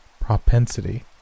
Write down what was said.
propensity